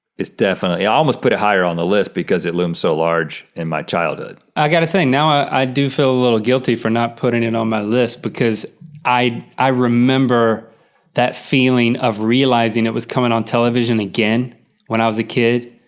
it's definitely, i almost put it higher on the list because it looms so large in my childhood. i gotta say now i i do feel a little guilty for not putting it on my list because i i remember that feeling of realizing it was coming on television again when i was a kid,